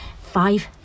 Five